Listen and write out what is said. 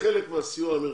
שחלק מהסיוע האמריקאי,